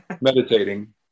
meditating